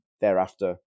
thereafter